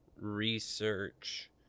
research